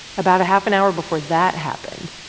about a half an hour before that happened,